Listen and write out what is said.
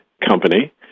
company